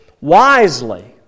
wisely